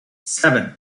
seven